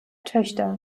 töchter